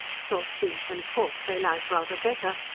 salt beef and pork they like rather better,